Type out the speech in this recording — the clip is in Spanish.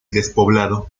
despoblado